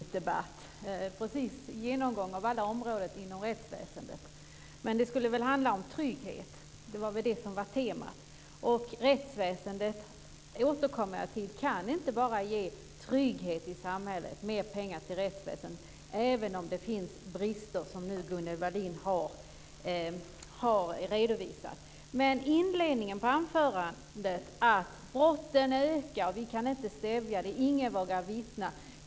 Fru talman! Detta liknar en budgetdebatt, en genomgång av alla områden inom rättsväsendet. Men det skulle väl handla om trygghet. Det var väl det som var temat. Jag återkommer till rättsväsendet. Enbart mer pengar till rättsväsendet kan inte ge trygghet i samhället, även om det finns brister, som Gunnel Wallin har redovisat. I inledningen på sitt anförande pekar hon på att brotten ökar, att vi inte kan stävja dem och att ingen vågar vittna.